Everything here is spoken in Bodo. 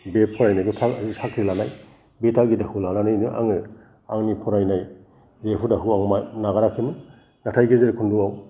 बे फरायनायखौ थाब साख्रि लानाय बे दाबि लानानैनो आङो आंनि फरायनाय जे हुदाखौ आं नागाराखैमोन नाथाय गेजेर खोन्दोआव